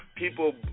People